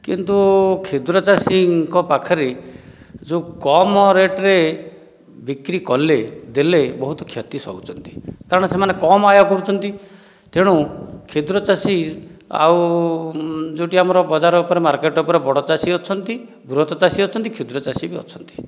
କିନ୍ତୁ କ୍ଷୁଦ୍ର ଚାଷୀଙ୍କ ପାଖରେ ଯେଉଁ କମ ରେଟ୍ରେ ବିକ୍ରି କଲେ ଦେଲେ ବହୁତ କ୍ଷତି ସହୁଛନ୍ତି କାରଣ ସେମାନେ କମ ଆୟ କରୁଛନ୍ତି ତେଣୁ କ୍ଷୁଦ୍ର ଚାଷୀ ଆଉ ଯେଉଁଟି ଆମର ବଜାର ଉପରେ ମାର୍କେଟ ଉପରେ ବଡ଼ ଚାଷୀ ଅଛନ୍ତି ବୃହତ ଚାଷୀ ଅଛନ୍ତି କ୍ଷୁଦ୍ର ଚାଷୀ ବି ଅଛନ୍ତି